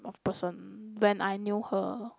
of person when I knew her